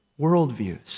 worldviews